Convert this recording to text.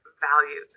values